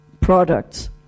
products